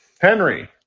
Henry